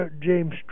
James